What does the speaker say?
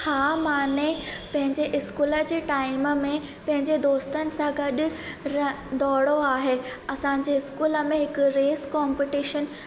हा माने पंहिंजे इस्कूल जे टाइम में पंहिंजे दोस्तन सां गॾु र दौड़ो आहे असांजे स्कूल में हिकु रेस कॉम्पिटिशन